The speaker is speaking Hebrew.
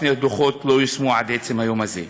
שני הדוחות לא יושמו עד עצם היום הזה.